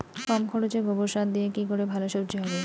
কম খরচে গোবর সার দিয়ে কি করে ভালো সবজি হবে?